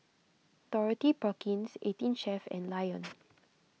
Dorothy Perkins eighteen Chef and Lion